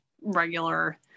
regular